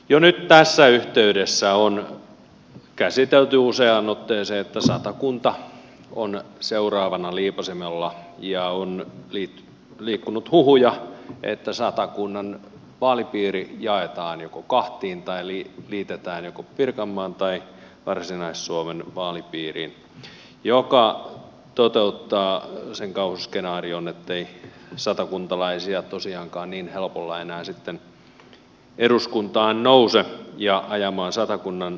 jo nyt tässä yhteydessä on käsitelty useaan otteeseen että satakunta on seuraavana liipaisimella ja on liikkunut huhuja että satakunnan vaalipiiri jaetaan joko kahtia tai liitetään joko pirkanmaan tai varsinais suomen vaalipiiriin ja se toteuttaa sen kauhuskenaarion ettei satakuntalaisia tosiaankaan niin helpolla enää sitten eduskuntaan nouse ajamaan satakunnan asioita